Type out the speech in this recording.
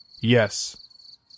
Yes